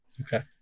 Okay